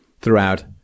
throughout